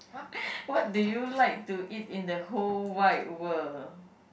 what do you like to eat in the whole wide world